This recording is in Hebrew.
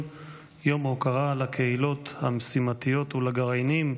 יום ההוקרה לקהילות המשימתיות ולגרעינים.